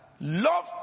love